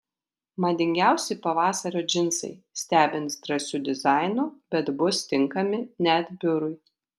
madingiausi pavasario džinsai stebins drąsiu dizainu bet bus tinkami net biurui